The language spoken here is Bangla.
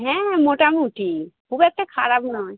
হ্যাঁ হ্যাঁ মোটামুটি খুব একটা খারাপ নয়